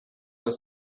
was